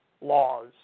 laws